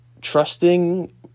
trusting